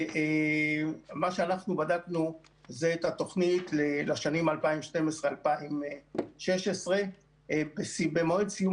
ומה שאנחנו בדקנו זה את התוכנית לשנים 2016-2012. במועד סיום